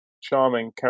charming